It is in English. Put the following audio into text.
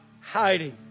hiding